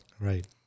Right